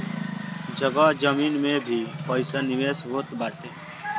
जगह जमीन में भी पईसा निवेश होत बाटे